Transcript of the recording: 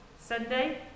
Sunday